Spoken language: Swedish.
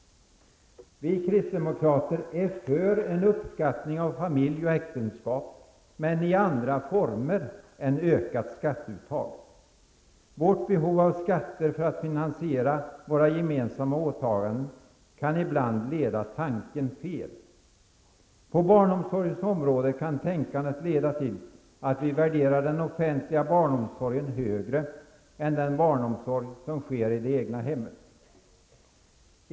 Vi kristdemokrater är för en uppskattning av familj och äktenskap, men i andra former än med ökat skatteuttag. Vårt behov av skatter för att finansiera våra gemensamma åtaganden kan ibland leda tanken fel. På barnomsorgens område kan tänkandet leda till att vi värderar den offentliga barnomsorgen högre än den barnomsorg som sker i det egna hemmet.